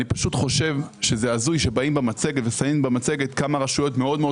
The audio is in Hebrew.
אני חושב שזה הזוי שבאים במצגת ושמים במצגת כמה רשויות מאוד מאוד